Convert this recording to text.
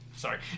Sorry